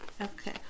Okay